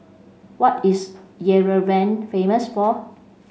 what is Yerevan famous for